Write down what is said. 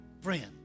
friend